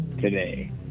today